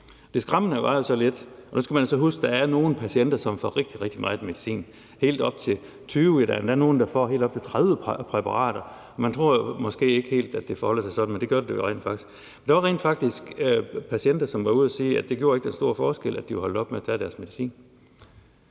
Det skræmmende var så lidt – og her skal man så huske, at der er nogle patienter, som får rigtig, rigtig meget medicin, helt op til 20 præparater, ja, der er endda nogle, der får helt op til 30 præparater, og man tror måske ikke helt, det forholder sig sådan, men det gør det rent faktisk – at der var patienter, som var ude at sige, at det ikke gjorde den store forskel, at de var holdt op med at tage deres medicin.